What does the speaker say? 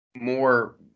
More